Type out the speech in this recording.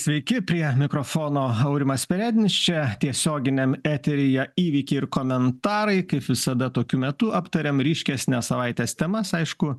sveiki prie mikrofono aurimas perednis čia tiesioginiam eteryje įvykiai ir komentarai kaip visada tokiu metu aptariam ryškesnes savaitės temas aišku